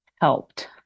helped